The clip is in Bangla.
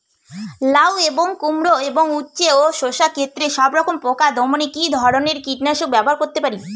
লাউ এবং কুমড়ো এবং উচ্ছে ও শসা ক্ষেতে সবরকম পোকা দমনে কী ধরনের কীটনাশক ব্যবহার করতে পারি?